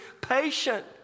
patient